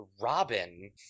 Robin